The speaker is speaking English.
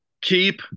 Keep